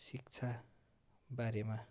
शिक्षा बारेमा